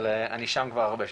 אבל אני שם כבר הרבה שנים,